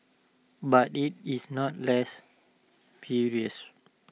but IT is not less previous